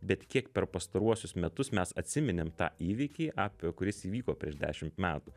bet kiek per pastaruosius metus mes atsiminėm tą įvykį apie kuris įvyko prieš dešimt metų